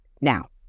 Now